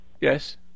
Yes